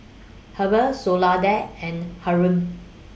Heber Soledad and Hyrum